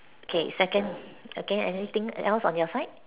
okay second okay anything else on your side